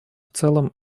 целом